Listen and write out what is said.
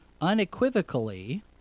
Unequivocally